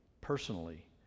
personally